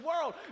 world